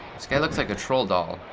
this guy looks like a troll doll.